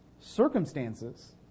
Circumstances